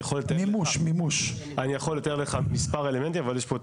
אני יכול לתאר לך מספר אלמנטים אבל יש פה את